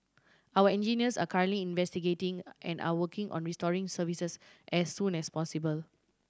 our engineers are currently investigating and are working on restoring services as soon as possible